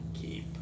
Keep